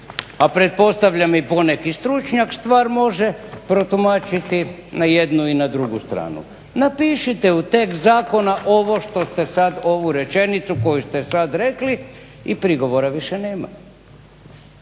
a pretpostavljam i poneki stručnjak stvar može protumačiti na jednu i na drugu stranu. Napišite u tekst zakona ovo što ste sad ovu rečenicu koju ste sad rekli i prigovora više nema.